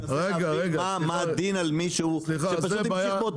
אני מנסה להבין מה הדין על מישהו שפשוט המשיך באותו.